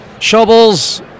shovels